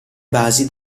basi